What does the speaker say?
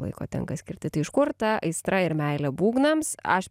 laiko tenka skirti tai iš kur ta aistra ir meilė būgnams aš